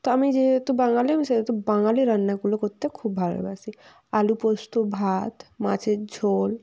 তো আমি যেহেতু বাঙালি আমি সেহেতু বাঙালি রান্নাগুলো করতে খুব ভালোবাসি আলু পোস্ত ভাত মাছের ঝোল